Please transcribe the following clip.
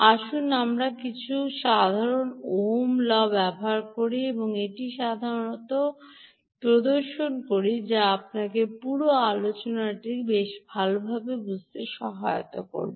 আসুন আমরা কিছু সাধারণ ওহম Law করি এবং এখানে একটি সাধারণ ধারণাটি প্রদর্শন করি যা আপনাকে পুরো আলোচনাটি বেশ ভালভাবে বুঝতে সহায়তা করবে